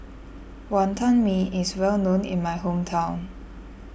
Wonton Mee is well known in my hometown